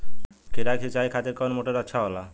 खीरा के सिचाई खातिर कौन मोटर अच्छा होला?